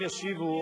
הם ישיבו,